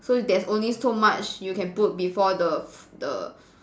so there's only so much you can put before the f~ the